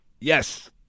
Yes